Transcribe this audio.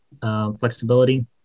flexibility